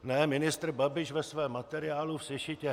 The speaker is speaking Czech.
Ne, ministr Babiš ve svém materiálu v sešitě